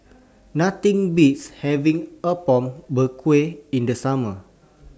Nothing Beats having Apom Berkuah in The Summer